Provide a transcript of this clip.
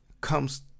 comes